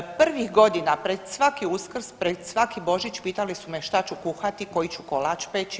Prvih godina pred svaki Uskrs, pred svaki Božić pitali su me šta ću kuhati, koji ću kolač peći.